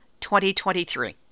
2023